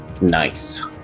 Nice